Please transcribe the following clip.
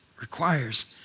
requires